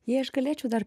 jei aš galėčiau dar